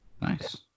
Nice